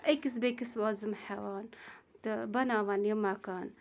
أکِس بیٚیِس وۄزُم ہیٚوان تہٕ بَناوان یہِ مکان